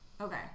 Okay